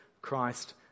Christ